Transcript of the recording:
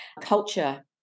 Culture